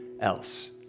else